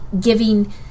giving